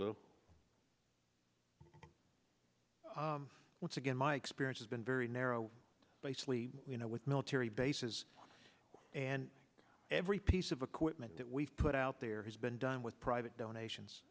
little once again my experience has been very narrow basically you know with military bases and every piece of equipment that we've put out there has been done with private